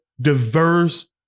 diverse